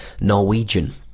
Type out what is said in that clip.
Norwegian